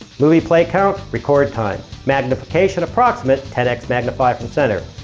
move play count. record time. magnification approximate. ten x magnify from center.